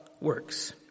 works